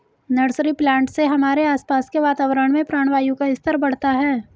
nursery plant से हमारे आसपास के वातावरण में प्राणवायु का स्तर बढ़ता है